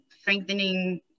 strengthening